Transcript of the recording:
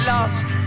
Lost